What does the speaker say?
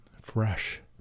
fresh